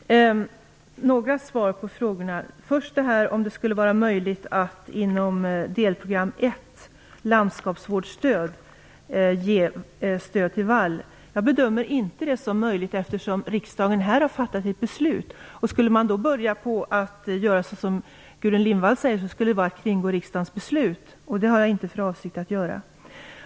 Fru talman! Några svar på ställda frågor. Först till frågan om det skulle vara möjligt att inom delprogram 1, landskapsvårdsstöd, ge stöd till vall. Jag bedömer inte det som möjligt, eftersom riksdagen har fattat beslut här. Skulle man börja göra som Gudrun Lindvall säger, så skulle det vara att kringgå riksdagens beslut. Det har jag inte för avsikt att göra.